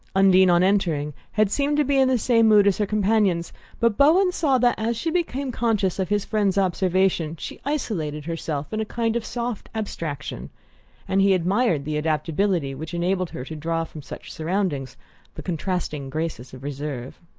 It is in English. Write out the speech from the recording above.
undine, on entering, had seemed to be in the same mood as her companions but bowen saw that, as she became conscious of his friend's observation, she isolated herself in a kind of soft abstraction and he admired the adaptability which enabled her to draw from such surroundings the contrasting graces of reserve.